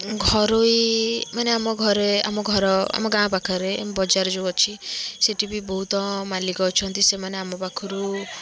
ଘରୋଇ ମାନେ ଆମ ଘରେ ଆମ ଘର ଆମ ଗାଁ ପାଖରେ ବଜାର ଯୋଉ ଅଛି ସେଠି ବି ବହୁତ ମାଲିକ ଅଛନ୍ତି ସେମାନେ ଆମ ପାଖରୁ